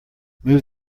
move